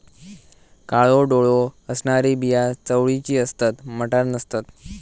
काळो डोळो असणारी बिया चवळीची असतत, मटार नसतत